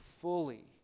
fully